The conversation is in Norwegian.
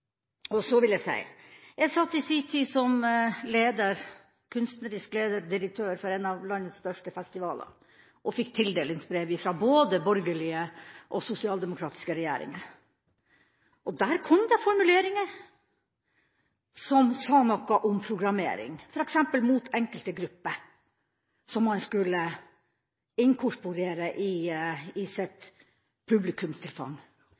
Jeg satt i sin tid som kunstnerisk leder og direktør for en av landets største festivaler og fikk tildelingsbrev fra både borgerlige og sosialdemokratiske regjeringer. Der kom det formuleringer som sa noe om programmering, f.eks. mot enkelte grupper som man skulle inkorporere i sitt publikumstilfang.